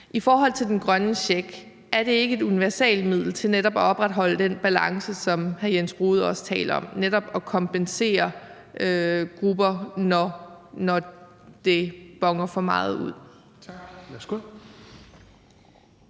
I forhold til den grønne check: Er det ikke et universalmiddel til at opretholde den balance, som hr. Jens Rohde også taler om, netop at kompensere grupper, når det boner for meget ud?